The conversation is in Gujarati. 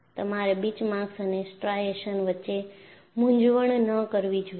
તમારે બીચમાર્ક્સ અને સ્ટ્રાઇશન્સ વચ્ચે મૂંઝવણ ન કરવી જોઈએ